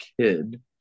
kid